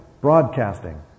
broadcasting